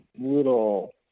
little